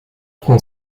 prend